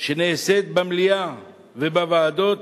שנעשית במליאה ובוועדות